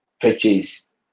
purchase